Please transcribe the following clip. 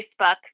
Facebook